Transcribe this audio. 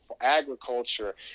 agriculture